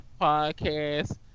podcast